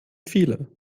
viele